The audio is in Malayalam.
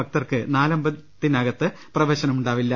ഭക്തർക്ക് നാലമ്പലത്തിനകത്ത് പ്രവേശനം ഉണ്ടാവില്ല